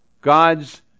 God's